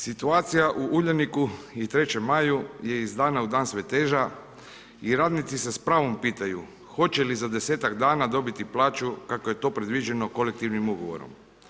Situacija u Uljaniku i trećem maju je iz dana u dan sve teža i radnici se s pravom pitaju hoće li za 10ak dana dobiti plaću kako je to predviđeno kolektivnim ugovorom.